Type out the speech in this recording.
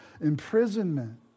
imprisonment